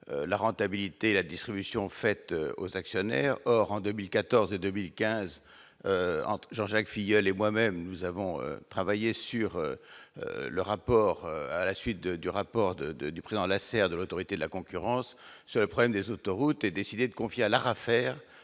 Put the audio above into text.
la rentabilité la distribution faite aux actionnaires, or, en 2014 et 2015 en tout Jean-Jacques Filleul et moi-même nous avons travaillé sur le rapport à la suite de du rapport de de du duperie dans la serre de l'autorité de la concurrence sur le problème des autoroutes et décidé de confier à l'Arafer